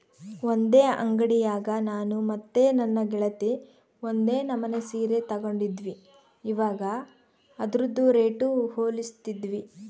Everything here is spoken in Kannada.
ಒಂದೇ ಅಂಡಿಯಾಗ ನಾನು ಮತ್ತೆ ನನ್ನ ಗೆಳತಿ ಒಂದೇ ನಮನೆ ಸೀರೆ ತಗಂಡಿದ್ವಿ, ಇವಗ ಅದ್ರುದು ರೇಟು ಹೋಲಿಸ್ತಿದ್ವಿ